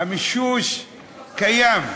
המישוש קיים,